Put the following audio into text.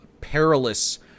perilous